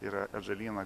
ir atžalyną